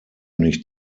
nicht